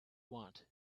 want